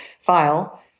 File